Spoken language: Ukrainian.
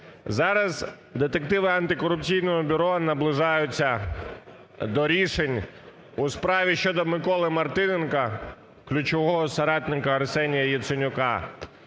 Зараз детективи Антикорупційного бюро наближаються до рішень у справі щодо Миколи Мартиненка, ключового соратника Арсенія Яценюка,